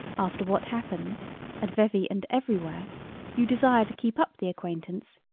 after what happens at vevey and everywhere you desire to keep up the acquaintance,